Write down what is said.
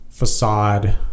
facade